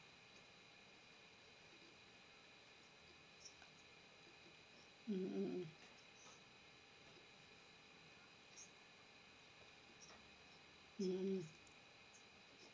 mm mm mm mm mm